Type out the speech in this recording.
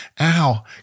ow